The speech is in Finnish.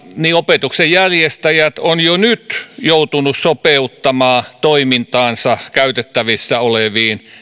opetuksen järjestäjät ovat jo nyt joutuneet sopeuttamaan toimintaansa käytettävissä oleviin